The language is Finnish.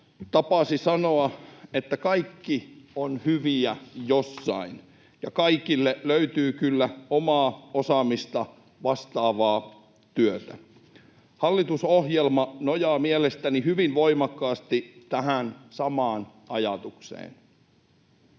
tapasi sanoa, että kaikki ovat hyviä jossain ja kaikille löytyy kyllä omaa osaamista vastaavaa työtä. Hallitusohjelma nojaa mielestäni hyvin voimakkaasti tähän samaan ajatukseen.